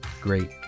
great